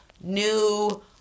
new